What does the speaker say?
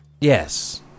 Yes